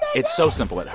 it's so simple, it